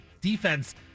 defense